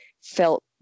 felt